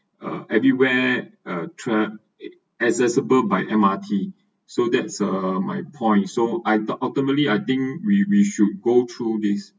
uh everywhere uh tra~ accessible by M_R_T so that's uh my point so I the ultimately I think we we should go through this